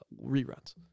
reruns